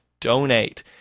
donate